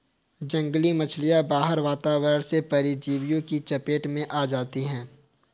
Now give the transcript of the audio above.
जंगली मछलियाँ बाहरी वातावरण से परजीवियों की चपेट में आ जाती हैं